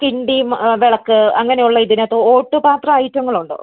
കിണ്ടി വിളക്ക് അങ്ങനെ ഉള്ള ഇതിനകത്ത് ഓട്ട് പാത്ര ഐറ്റങ്ങൾ ഉണ്ടോ